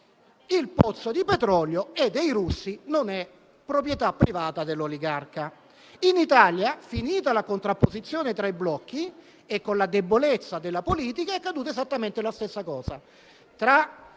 i pozzi di petrolio sono dei russi e non proprietà privata dell'oligarca. In Italia, finita la contrapposizione tra i blocchi, e con la debolezza della politica, è accaduta esattamente la stessa cosa.